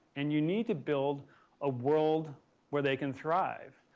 and you need to build a world where they can thrive.